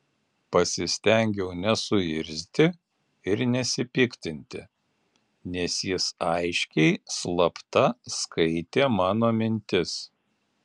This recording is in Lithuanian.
pasistengiau nesuirzti ir nesipiktinti nes jis aiškiai slapta skaitė mano mintis